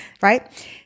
right